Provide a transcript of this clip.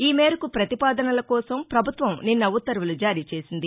ఈ మేరకు ప్రతిపాదనల కోసం ప్రభుత్వం నిన్న ఉత్తర్వులు జారీ చేసింది